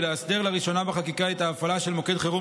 ולאסדר לראשונה בחקיקה את ההפעלה של מוקד חירום